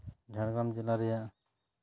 ᱡᱷᱟᱲᱜᱨᱟᱢ ᱡᱮᱞᱟ ᱨᱮᱭᱟᱜ